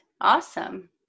Awesome